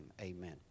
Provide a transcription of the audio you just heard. amen